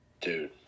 Dude